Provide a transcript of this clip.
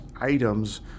items